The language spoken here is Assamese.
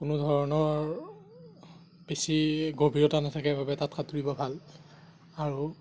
কোনো ধৰণৰ বেছি গভীৰতা নাথাকে বাবে তাত সাঁতুৰিব ভাল আৰু